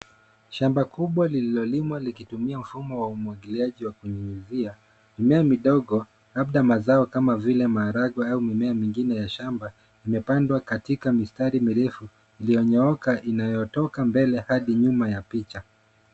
Shamba kubwa lililolimwa likitumia mfumo wa umwagiliaji wa kunyunyizia. Mimea midogo labda mazao kama vile maharagwe au mimea mingine ya shamba imepandwa katika mistari mirefu iliyonyooka inayotoka mbele hadi nyuma ya picha.